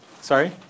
sorry